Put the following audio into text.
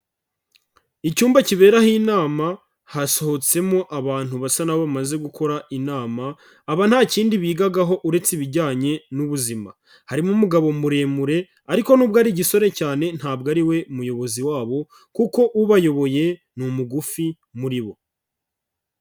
Icyumba kiberaho inama hasohotsemo abantu basa naho bamaze gukora inama, aba nta kindi bigagaho uretse ibijyanye n'ubuzima. Harimo umugabo muremure ariko n'ubwo ari igisore cyane ntabwo ari we muyobozi wabo kuko ubayoboye ni umugufi muri bo.